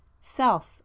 self